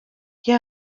you